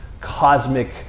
cosmic